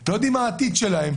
הם לא יודעים מה העתיד שלהם.